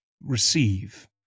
receive